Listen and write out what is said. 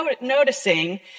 noticing